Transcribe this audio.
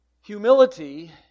Humility